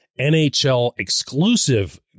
NHL-exclusive